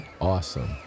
Awesome